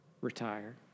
retire